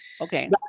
Okay